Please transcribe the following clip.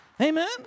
Amen